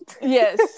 yes